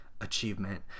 achievement